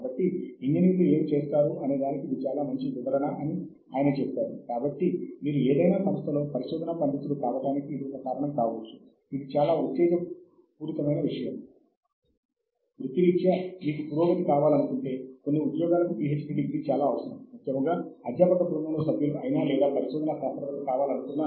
కాబట్టి open access అందుబాటులో ఉంది మరియు మేము ఓపెన్ యాక్సెస్ కింద ఎలాంటి పత్రికలు అందుబాటులో ఉన్నాయో చూద్దాము